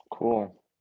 Cool